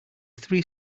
three